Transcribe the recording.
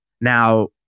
Now